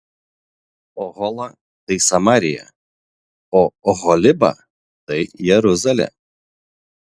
ohola tai samarija o oholiba tai jeruzalė